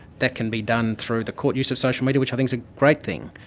that can be done through the court use of social media, which i think is a great thing.